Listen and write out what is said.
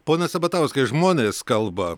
pone sabatauskai žmonės kalba